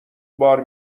بار